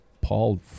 Paul